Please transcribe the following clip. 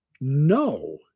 No